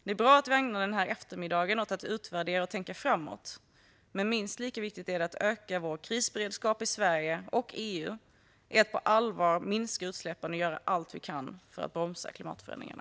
Det är bra att vi ägnar den här eftermiddagen åt att utvärdera och tänka framåt, men minst lika viktigt för att öka vår krisberedskap i Sverige och EU är att vi på allvar minskar utsläppen och gör allt vi kan för att bromsa klimatförändringarna.